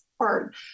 hard